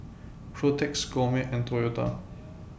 Protex Gourmet and Toyota